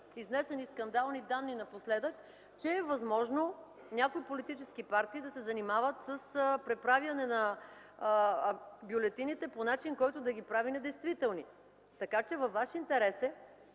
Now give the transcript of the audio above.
изнесените скандални данни напоследък, че е възможно някои политически партии да се занимават с преправяне на бюлетините по начин, който да ги прави недействителни. Така че във ваш интерес